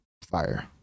fire